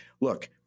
Look